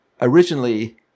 originally